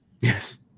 Yes